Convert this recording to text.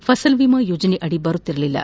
ಫಸಲ್ಬಿಮಾ ಯೋಜನೆಯಡಿ ಬರುತ್ತಿರಲಿಲ್ಲ